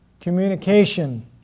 Communication